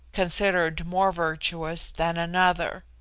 considered more virtuous than another.